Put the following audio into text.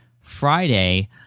friday